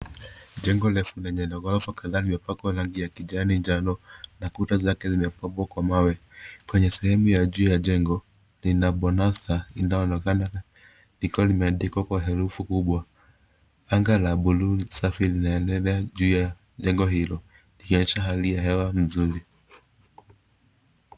Jengo refu lenye gorofa kadhaa limepakwa rangi ya kijani njano na kuta zake zimepambwa ka mawe. Kwenye sehemu ya juu ya jengo lina bonanza inayoonekana likiwa limeandikwa kwa herufi kubwa. Anga la bluu safi limeenea juu ya jengo hilo likionyesha hali ya hewa mzuri.